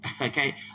Okay